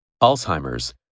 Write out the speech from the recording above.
Alzheimer's